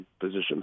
position